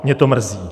Mě to mrzí.